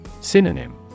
Synonym